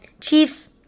Chiefs